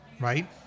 right